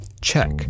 check